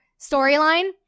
storyline